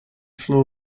floor